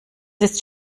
ist